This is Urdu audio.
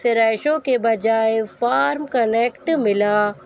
فریشو کے بجائے فارم کنیکٹ ملا